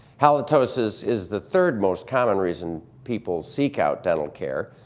halitosis is the third most common reason people seek out dental care,